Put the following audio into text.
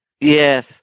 yes